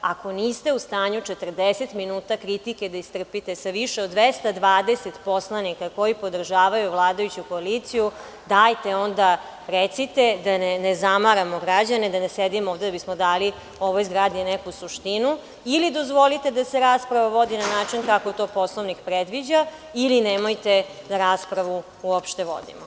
Ako niste u stanju 40 minuta kritike da istrpite sa više od 220 poslanika koji podržavaju vladajuću koaliciju, dajte recite da ne zamaramo građane i da ne sedimo ovde da bismo dali ovoj zgradi neku suštinu ili dozvolite da se rasprava vodi na način kako to Poslovnik predviđa ili nemojte da raspravu uopšte vodimo.